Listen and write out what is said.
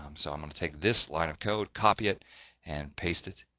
um so, i'm gonna take this line of code, copy it and paste it.